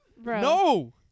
no